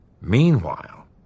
Meanwhile